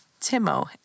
Timo